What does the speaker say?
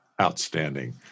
Outstanding